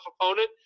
opponent